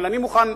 אבל אני מוכן,